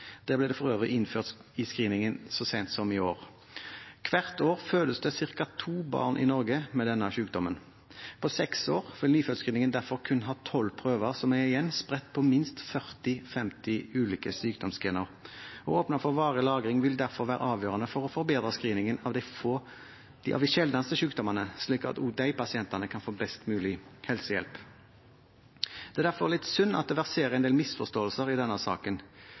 for øvrig innført i screeningen så sent som i år. Hvert år fødes det ca. to barn i Norge med denne sykdommen. På seks år vil nyfødtscreeningen derfor kun ha tolv prøver, som igjen er spredt på minst 40–50 ulike sykdomsgener. Å åpne for varig lagring vil derfor være avgjørende for å forbedre screeningen av de sjeldneste sykdommene, slik at også de pasientene kan få best mulig helsehjelp. Det er derfor litt synd at det verserer en del misforståelser i denne saken.